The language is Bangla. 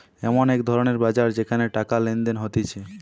এমন এক ধরণের বাজার যেখানে টাকা লেনদেন হতিছে